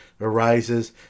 arises